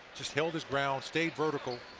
just held his ground, stayed vertical,